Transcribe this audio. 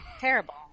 terrible